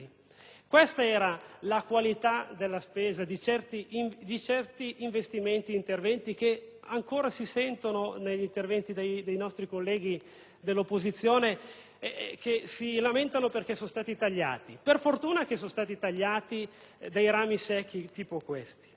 Questa era la qualità della spesa di certi investimenti che ancora vengono ricordati negli interventi dei nostri colleghi dell'opposizione, i quali si lamentano perché sono stati tagliati: per fortuna sono stati tagliati rami secchi come questi!